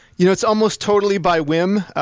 you know it's almost totally by whim.